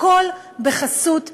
הכול בחסות האנונימיות.